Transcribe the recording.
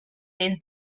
des